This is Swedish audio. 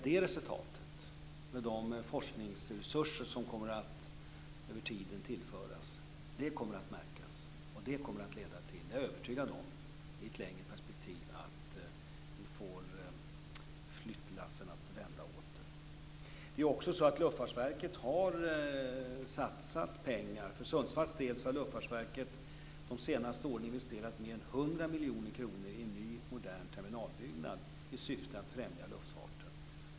Det resultatet, med de forskningsresurser som över tiden kommer att tillföras, kommer att märkas. Jag är övertygad om att det i ett längre perspektiv kommer att leda till att vi får flyttlassen att vända åter. Det är också så att Luftfartsverket har satsat pengar. För Sundsvalls del har Luftfartsverket de senaste åren investerat mer än 100 miljoner kronor i en ny, modern terminalbyggnad i syfte att främja luftfarten.